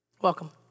Welcome